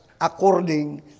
according